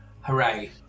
hooray